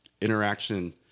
interaction